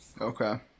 Okay